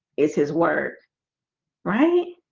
is his work right